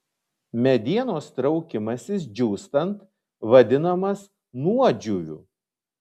medienos traukimasis džiūstant vadinamas nuodžiūviu